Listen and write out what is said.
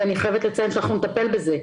ואני חייבת לציין שאנחנו נטפל בזה.